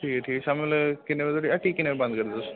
ठीक ऐ ठीक शामी बेल्लै किन्ने बजे थुआढ़ी ह्ट्टी किन्ने बजे बंद करदे तुस